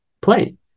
play